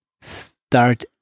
start